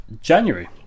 January